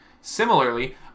Similarly